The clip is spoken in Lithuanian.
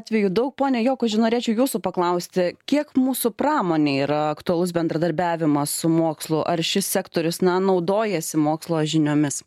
atvejų daug pone jokuži norėčiau jūsų paklausti kiek mūsų pramonei yra aktualus bendradarbiavimas su mokslu ar šis sektorius na naudojasi mokslo žiniomis